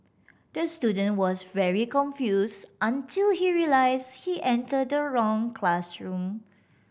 the student was very confused until he realised he entered the wrong classroom